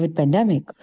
pandemic